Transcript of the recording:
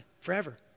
forever